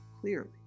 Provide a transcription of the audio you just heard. clearly